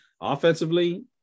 Offensively